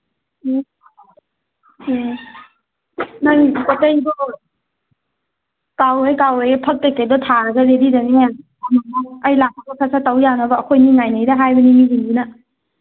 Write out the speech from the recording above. ꯎꯝ ꯎꯝ ꯅꯪꯒꯤ ꯄꯣꯠꯆꯩꯗꯣ ꯀꯥꯎꯔꯣꯏꯌꯦ ꯀꯥꯎꯔꯣꯏꯌꯦ ꯐꯛꯇꯒꯤ ꯀꯩꯗꯒꯤ ꯊꯥꯔꯒ ꯔꯦꯗꯤꯗꯅꯤ ꯑꯩ ꯂꯥꯛꯄꯒ ꯁꯠ ꯁꯠ ꯇꯧ ꯌꯥꯅꯕ ꯑꯩꯈꯣꯏ ꯑꯅꯤ ꯉꯥꯏꯅꯔꯤꯔꯥ ꯍꯥꯏꯕꯅꯤ ꯃꯤꯁꯤꯡꯁꯤꯅ